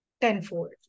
tenfold